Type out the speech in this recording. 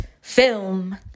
film